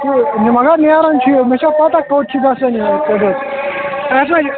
تہٕ مَگر نیران چھُ مےٚ چھےٚ پَتہ کوٚت چھُ گَژھان